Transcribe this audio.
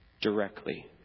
directly